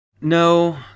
no